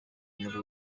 muri